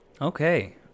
Okay